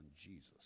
Jesus